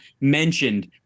mentioned